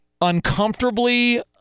uncomfortably